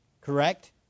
Correct